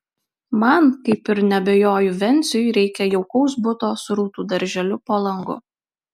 man kaip ir neabejoju venciui reikia jaukaus buto su rūtų darželiu po langu